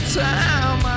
time